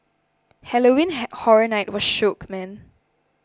Halloween Horror Night was shook man